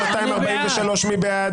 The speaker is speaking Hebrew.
1,244 מי בעד?